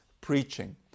preaching